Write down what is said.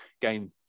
Gain